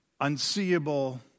unseeable